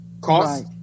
cost